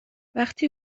وقتی